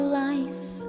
life